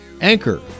Anchor